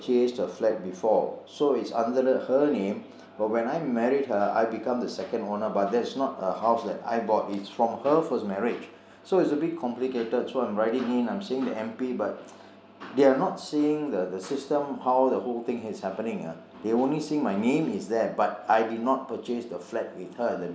purchased a flat before so it's under her name but when I married her I become the second owner but that is not a house that I bought it's from her first marriage so it's a bit complicated so I am writing in I am seeing the M_P but they are not seeing th~ the system how the whole thing is happening uh they are only seeing my name is there but I did not purchase the flat with her